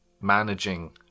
managing